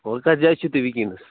وَنۍ کَتھ جایہِ چھُو تُہۍ وٕنکٮ۪نس